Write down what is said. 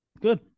Good